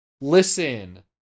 Listen